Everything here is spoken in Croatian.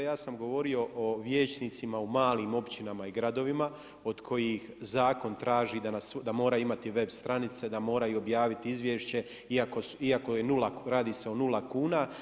Ja sam govorio o vijećnicima u malim općinama i gradovima od kojih zakon traži da mora imati web stranice, da moraju objaviti izvješće iako je nula, radi se o nula kuna.